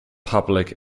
public